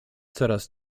coraz